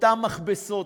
אותן מכבסות,